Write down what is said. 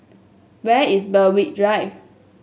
where is Berwick Drive